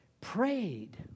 prayed